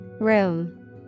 Room